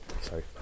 Sorry